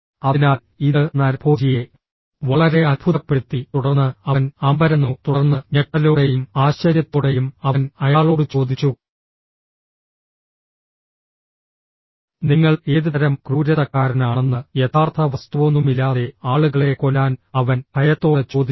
അതിനാൽ ഇത് നരഭോജിയെ വളരെ അത്ഭുതപ്പെടുത്തി തുടർന്ന് അവൻ അമ്പരന്നു തുടർന്ന് ഞെട്ടലോടെയും ആശ്ചര്യത്തോടെയും അവൻ അയാളോട് ചോദിച്ചു നിങ്ങൾ ഏതുതരം ക്രൂരതക്കാരനാണെന്ന് യഥാർത്ഥ വസ്തുവൊന്നുമില്ലാതെ ആളുകളെ കൊല്ലാൻ അവൻ ഭയത്തോടെ ചോദിച്ചു